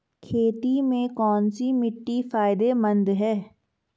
खेती में कौनसी मिट्टी फायदेमंद है?